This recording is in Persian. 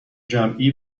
جمعی